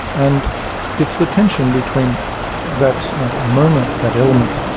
and it's the tension between that moment, that element,